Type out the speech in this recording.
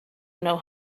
know